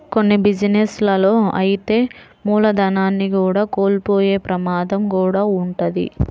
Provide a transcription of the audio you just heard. కొన్ని బిజినెస్ లలో అయితే మూలధనాన్ని కూడా కోల్పోయే ప్రమాదం కూడా వుంటది